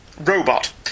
Robot